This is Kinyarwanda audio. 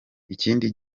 ikindi